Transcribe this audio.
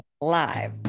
live